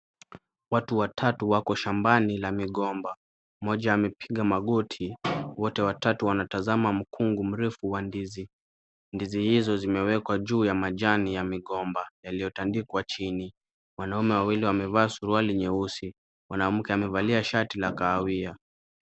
Watu watatu wako shambani la migomba. Mmoja amepiga magoti. Wote watatu wanatazama mkungu mrefu wa ndizi. Ndizi hizo zimewekwa juu ya majani ya migomba yaliyotandikwa chini. Wanaume wawili wamevaa suruali nyeusi. Mwanamke amevalia shati la kahawia.